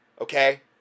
Okay